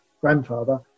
grandfather